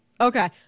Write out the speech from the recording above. Okay